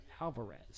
Alvarez